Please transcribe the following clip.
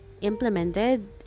implemented